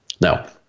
Now